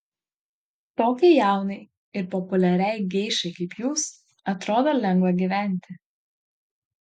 tokiai jaunai ir populiariai geišai kaip jūs atrodo lengva gyventi